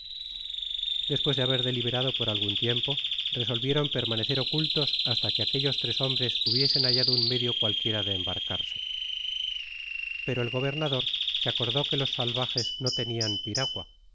despues de haber deliberado por algun tiempo resolvieron permanecer ocultos hasta que aquellos tres hombres hubiesen hallado un medio cualquiera de embarcarse pero el gobernador se acordó que los salvajes no teman piragua